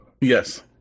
Yes